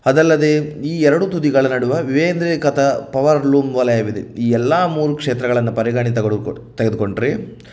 ಅದಲ್ಲದೆ ಈ ಎರಡು ತುದಿಗಳ ನಡುವೆ ವಿವೇಂದ್ರೀಕತ ಪವರ್ಡ್ ಲೂಮ್ ವಲಯವಿದೆ ಈ ಎಲ್ಲ ಮೂರು ಕ್ಷೇತ್ರಗಳನ್ನು ಪರಿಗಣಿತಗಳು ತೆಗೆದುಕೊಂಡರೆ